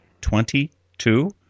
Twenty-two